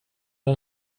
den